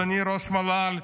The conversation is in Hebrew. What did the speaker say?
אדוני ראש המל"ל,